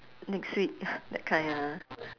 next week that kind ah